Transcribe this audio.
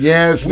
Yes